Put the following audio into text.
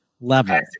level